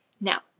Now